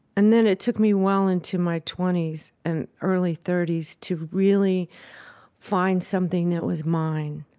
and then it took me well into my twenty s and early thirty s to really find something that was mine.